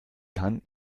kann